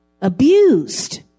abused